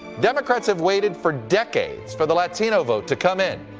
democrats have waited for decades for the latino vote to come in.